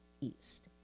East